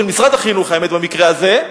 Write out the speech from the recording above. של משרד החינוך במקרה הזה.